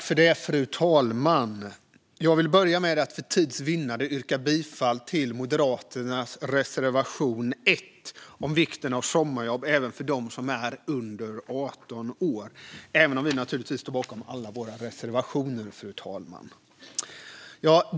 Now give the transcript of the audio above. Fru talman! Jag vill börja med att för tids vinnande yrka bifall endast till Moderaternas reservation 1, om vikten av sommarjobb även för dem som är under 18 år. Men vi står givetvis bakom alla våra reservationer.